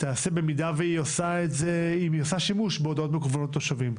תיעשה במידה והיא עושה שימוש בהודעות מקוונות לתושבים.